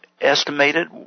estimated